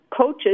coaches